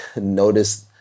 notice